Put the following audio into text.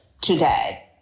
today